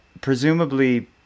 Presumably